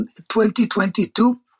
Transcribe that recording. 2022